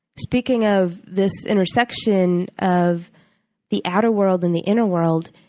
speaking of this intersection of the outer world and the inner world,